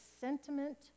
sentiment